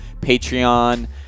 Patreon